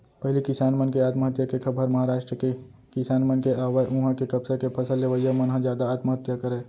पहिली किसान मन के आत्महत्या के खबर महारास्ट के किसान मन के आवय उहां के कपसा के फसल लेवइया मन ह जादा आत्महत्या करय